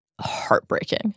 heartbreaking